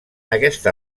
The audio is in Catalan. aquesta